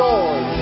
Lord